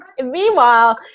Meanwhile